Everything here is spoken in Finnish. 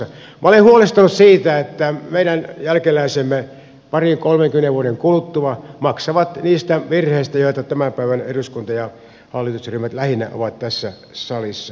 minä olen huolestunut siitä että meidän jälkeläisemme parin kolmenkymmenen vuoden kuluttua maksavat niistä virheistä joita tämän päivän eduskunta ja hallitusryhmät lähinnä ovat tässä salissa tehneet